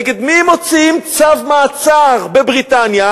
נגד מי הם מוציאים צו מעצר בבריטניה?